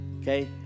okay